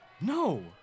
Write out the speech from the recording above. No